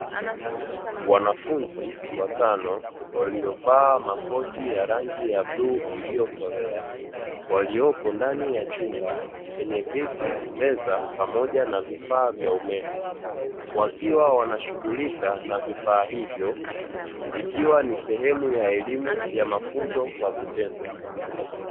Wanafunzi watano waliovaa makoti ya rangi ya bluu iliyokolea waliopo ndani ya chumba chenye viti, meza pamoja na vifaa vya umeme wakiwa wanashughulika na vifaa hivyo ikiwa ni sehemu ya elimu ya mafunzo kwa vitendo.